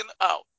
out